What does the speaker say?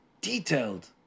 detailed